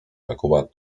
jakuba